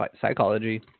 psychology